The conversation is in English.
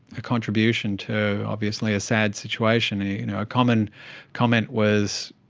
a contribution to obviously a sad situation. a you know a common comment was,